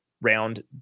round